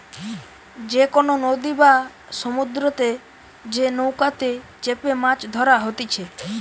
যে কোনো নদী বা সমুদ্রতে যে নৌকাতে চেপেমাছ ধরা হতিছে